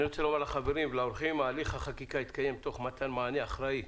אני רוצה לומר לחברים ולאורחים: הליך החקיקה יינתן תוך מתן מענה אחראי